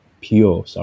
pure